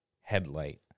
headlight